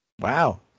wow